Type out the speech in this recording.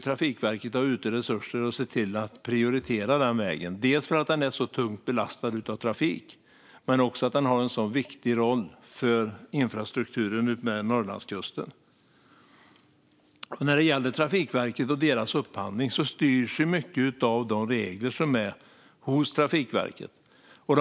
Trafikverket borde ha resurser ute och se till att prioritera den vägen, dels för att den är så tungt belastad av trafik, dels för att den har en så viktig roll för infrastrukturen utmed Norrlandskusten. När det gäller Trafikverket och deras upphandling styrs mycket av de regler som gäller där.